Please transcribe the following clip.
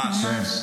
ממש.